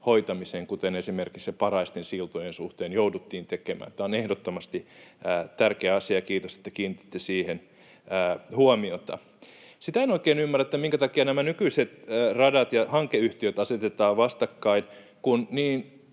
hoitamiseen, kuten esimerkiksi Paraisten siltojen suhteen jouduttiin tekemään — tämä on ehdottomasti tärkeä asia, ja kiitos, että kiinnititte siihen huomiota. Sitä en oikein ymmärrä, minkä takia nämä nykyiset radat ja hankeyhtiöt asetetaan vastakkain, kun niin